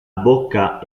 bocca